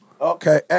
Okay